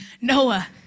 Noah